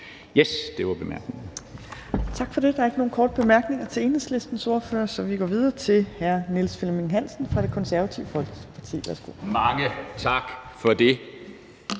(Trine Torp): Tak for det. Der er ikke nogen korte bemærkninger til Enhedslistens ordfører, så vi går videre til hr. Niels Flemming Hansen fra Det Konservative Folkeparti. Værsgo. Kl.